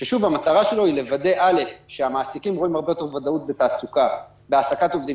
מודל שמטרתו לוודא שהמעסיקים רואים הרבה יותר ודאות בהעסקת עובדים,